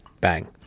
Bang